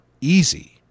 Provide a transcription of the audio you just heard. easy